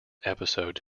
episode